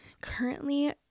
currently